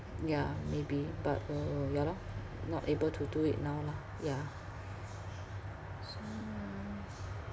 yeah maybe but uh ya lor not able to do it now lah yeah so